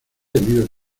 tenido